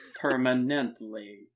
Permanently